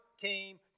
came